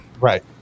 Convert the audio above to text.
Right